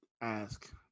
ask